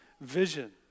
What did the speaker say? vision